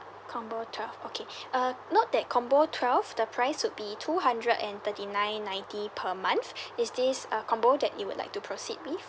combo twelve okay uh note that combo twelve the price would be two hundred and thirty nine ninety per month is this a combo that you would like to proceed with